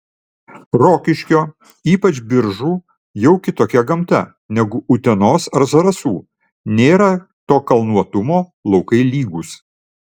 rokiškio ypač biržų jau kitokia gamta negu utenos ar zarasų nėra to kalnuotumo laukai lygūs